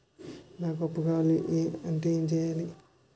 నాకు అప్పు కావాలి అంటే ఎం చేయాలి?